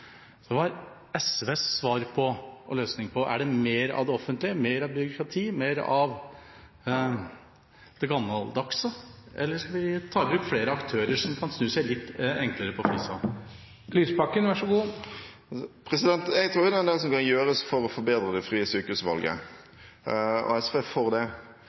SVs løsning på det? Er det mer av det offentlige, mer byråkrati – mer av det gammeldagse – eller skal vi ta i bruk flere aktører som kan snu litt enklere på flisa? Jeg tror at det er en del som kan gjøres for å forbedre det frie sykehusvalget, og SV er for det.